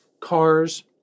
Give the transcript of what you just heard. cars